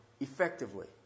Effectively